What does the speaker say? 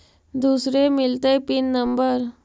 दुसरे मिलतै pin number?